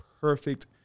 perfect